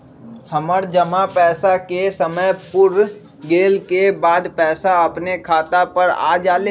हमर जमा पैसा के समय पुर गेल के बाद पैसा अपने खाता पर आ जाले?